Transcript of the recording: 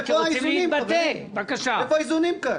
איפה האיזונים, חברים, איפה האיזונים כאן?